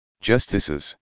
justices